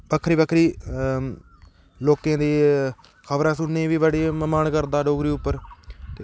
बक्खरी बक्खरी लोकें दी खबरां सुनने गी बी बड़ा मन करदा डोगरी उप्पर